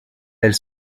elle